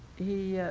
he,